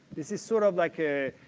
this is sort of like a,